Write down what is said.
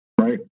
right